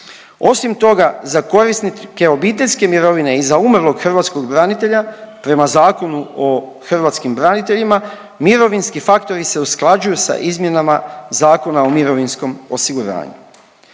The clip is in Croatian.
Osim toga za korisnike obiteljske mirovine i za umrlog hrvatskog branitelja prema Zakonu o hrvatskim braniteljima mirovinski faktori se usklađuju sa izmjenama Zakona o mirovinskom osiguranju.